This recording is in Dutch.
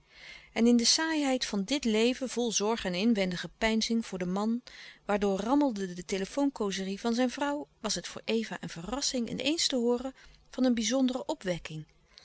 en in de saaiheid van dit leven vol zorg en inwendige peinzing voor den man waarlouis couperus de stille kracht door rammelde de telefoon causerie van zijn vrouw was het voor eva een verrassing in eens te hooren van een bizondere opwekking